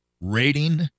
rating